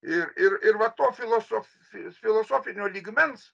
ir ir ir va to filosofi filosofinio lygmens